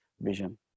vision